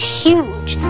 huge